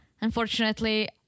unfortunately